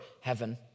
heaven